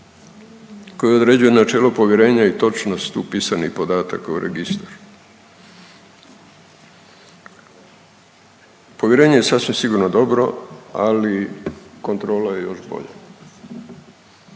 koji određuje načelo povjerenja i točnost upisanih podataka u Registar, povjerenje je sasvim sigurno dobro, ali kontrola je još bolja,